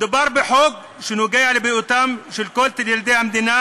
מדובר בחוק שנוגע לבריאותם של כל ילדי המדינה,